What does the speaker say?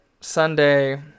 Sunday